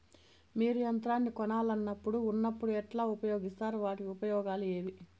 మీరు యంత్రాన్ని కొనాలన్నప్పుడు ఉన్నప్పుడు ఎట్లా ఉపయోగిస్తారు వాటి ఉపయోగాలు ఏవి?